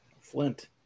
Flint